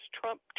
Trump